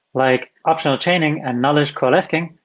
like optional chaining and nullish coalescing,